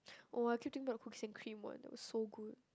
oh I keep thinking about the cookies and cream one that was so good